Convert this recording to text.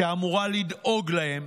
שאמורה לדאוג להם,